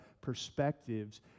perspectives